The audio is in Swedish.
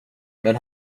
men